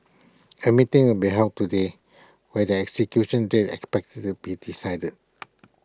A meeting will be held today where their execution date expected to be decided